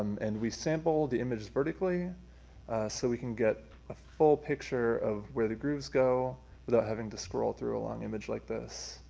and we sample the image vertically so we can get a full picture of where the grooves go without having to scroll through a long image like this.